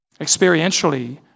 experientially